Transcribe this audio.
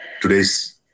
Today's